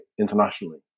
internationally